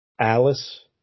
Alice